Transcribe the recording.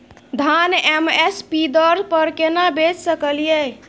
धान M S P दर पर केना बेच सकलियै?